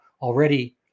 already